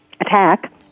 attack